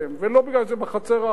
ולא כי זה בחצר האחורית,